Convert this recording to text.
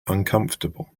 uncomfortable